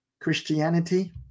Christianity